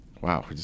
Wow